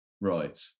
Right